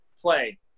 play